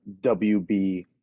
WB